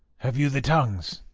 have you the tongues?